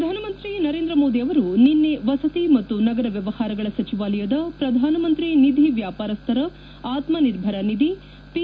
ಪ್ರಧಾನ ಮಂತ್ರಿ ನರೇಂದ್ರ ಮೋದಿ ಅವರು ನಿನ್ನೆ ವಸತಿ ಮತ್ತು ನಗರ ವ್ಯವಹಾರಗಳ ಸಚಿವಾಲಯದ ಪ್ರಧಾನ ಮಂತ್ರಿ ನಿಧಿ ವ್ಯಾಪಾರಸ್ಥರ ಆತ್ಮನಿರ್ಭರ ನಿಧಿ ಪಿ